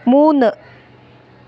മൂന്ന്